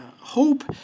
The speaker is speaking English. hope